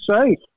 safe